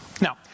Now